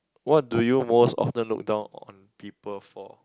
what do you most often look down on people for